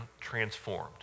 transformed